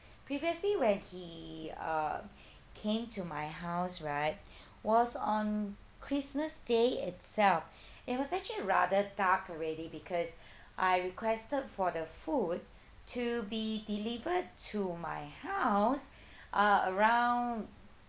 previously when he uh came to my house right was on christmas day itself it was actually rather dark already because I requested for the food to be delivered to my house uh around